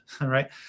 right